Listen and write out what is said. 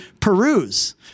peruse